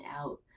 out